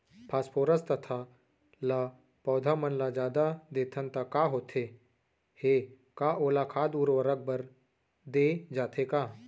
Phosphorus तथा ल पौधा मन ल जादा देथन त का होथे हे, का ओला खाद उर्वरक बर दे जाथे का?